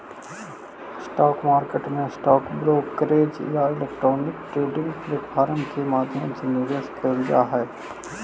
stock market में stock brokerage या electronic trading platform के माध्यम से निवेश कैल जा हइ